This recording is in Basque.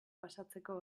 pasatzeko